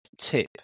tip